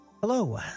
Hello